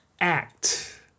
act